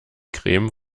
creme